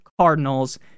Cardinals